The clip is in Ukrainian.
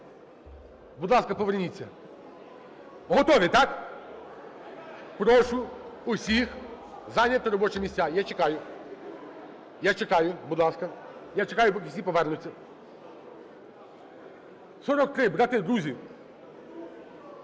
будь ласка, поверніться. Готові, так? Прошу усіх зайняти робочі місця. Я чекаю. Я чекаю. Будь ласка. Я чекаю, поки всі повернуться. 43, брати, друзі,